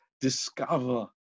discover